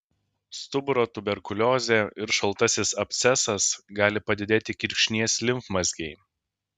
stuburo tuberkuliozė ir šaltasis abscesas gali padidėti kirkšnies limfmazgiai